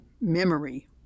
memory